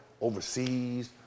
overseas